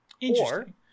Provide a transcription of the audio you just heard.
Interesting